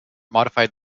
modified